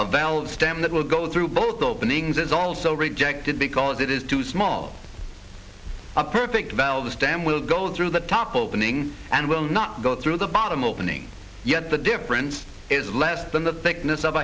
a valve stem that will go through both openings is also rejected because it is too small a perfect valve the stem will go through the top opening and will not go through the bottom opening yet the difference is less than the thickness of